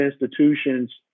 institutions